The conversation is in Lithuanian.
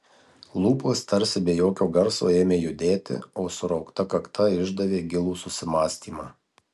lūpos tarsi be jokio garso ėmė judėti o suraukta kakta išdavė gilų susimąstymą